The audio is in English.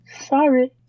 Sorry